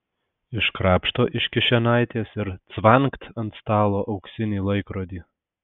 iškrapšto iš kišenaitės ir cvangt ant stalo auksinį laikrodį